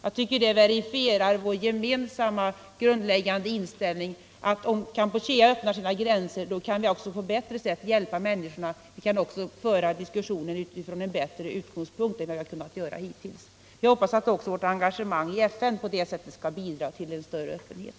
Jag tycker detta verifierar vår gemensamma grundläggande inställning att om Kampuchea öppnar sina gränser kan vi på ett bättre sätt hjälpa människorna och föra diskussioner på ett bättre underlag än hittills. Jag hoppas att också vårt engagemang i FN skall bidra till en större öppenhet.